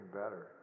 better